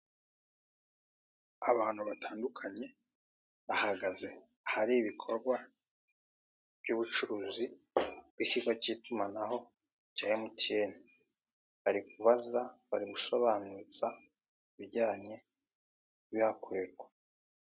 Abantu batandukanye bahagaze ahari ibikorwa by'ubucuruzi by'ikigo cy'itumanaho cya emutiyene bari kubaza, bari gusobanuza ibijyanye n'ibihakorerwa.